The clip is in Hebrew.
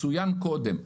צוין קודם,